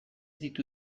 ditu